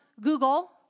Google